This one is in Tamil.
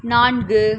நான்கு